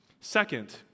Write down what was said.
Second